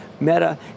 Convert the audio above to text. Meta